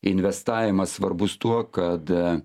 investavimas svarbus tuo kad